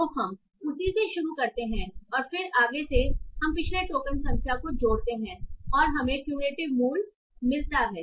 तो हम उसी से शुरू करते हैं और फिर आगे से हम पिछले टोकन संख्या को जोड़ते हैं और हमें cumulative मूल्य मिलता है